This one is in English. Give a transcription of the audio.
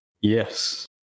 Yes